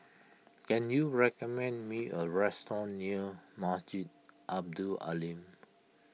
can you recommend me a restaurant near Masjid Abdul Aleem